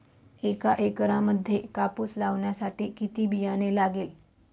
एका एकरामध्ये कापूस लावण्यासाठी किती बियाणे लागेल?